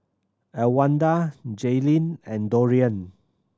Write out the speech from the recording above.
Elwanda Jayleen and Dorian